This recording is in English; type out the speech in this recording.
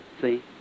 See